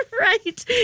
right